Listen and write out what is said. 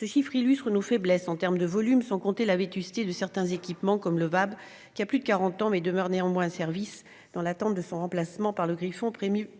Ce chiffre illustre nos faiblesses en termes de volumes, sans compter la vétusté de certains équipements comme le véhicule de l'avant blindé (VAB) qui a plus de quarante ans, mais demeure néanmoins en service, dans l'attente de son remplacement par le Griffon, prévu